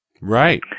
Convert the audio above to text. Right